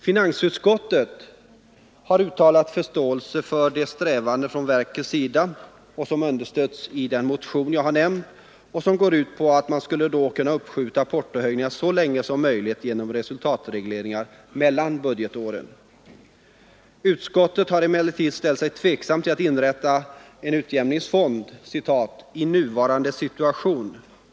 Finansutskottet har uttalat förståelse för de strävanden från postverkets sida, som understöds i motionen och som går ut på att uppskjuta portohöjningar så länge som möjligt genom resultatregleringar mellan budgetåren. Utskottet har emellertid ställt sig tveksamt till att inrätta en portoutjämningsfond ”i nuvarande situation”.